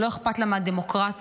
לא אכפת לה מהדמוקרטיה,